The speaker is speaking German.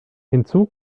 hinzu